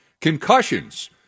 concussions